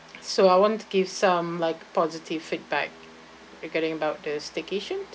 so I want to give some like positive feedback regarding about the staycation